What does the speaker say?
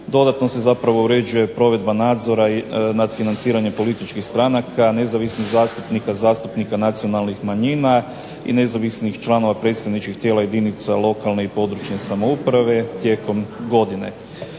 dodatno se zapravo uređuje provedba nadzora nad financiranjem političkih stranaka, nezavisnih zastupnika, zastupnika nacionalnih manjina i nezavisnih članova predstavničkih tijela jedinica lokalne i područne samouprave, tijekom godine.